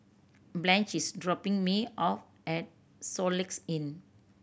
Blanch is dropping me off at Soluxe Inn